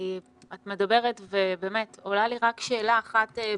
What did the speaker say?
את מדברת ובאמת עולה לי רק שאלה אחת בראש,